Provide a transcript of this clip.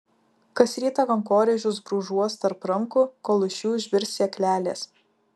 kas rytą kankorėžius brūžuos tarp rankų kol iš jų išbirs sėklelės